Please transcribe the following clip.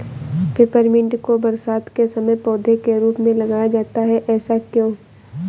Peppermint को बरसात के समय पौधे के रूप में लगाया जाता है ऐसा क्यो?